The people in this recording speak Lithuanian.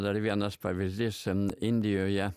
dar vienas pavyzdys ten indijoje